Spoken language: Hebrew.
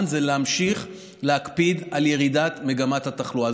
זה להמשיך להקפיד על ירידת מגמת התחלואה.